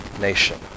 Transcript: nation